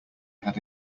had